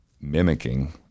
mimicking